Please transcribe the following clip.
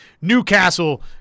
Newcastle